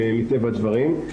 מטבע הדברים.